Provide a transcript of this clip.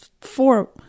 four